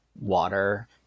water